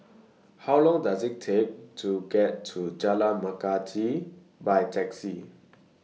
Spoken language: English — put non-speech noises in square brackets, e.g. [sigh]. [noise] How Long Does IT Take to get to Jalan Melati By Taxi